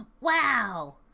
Wow